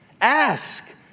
Ask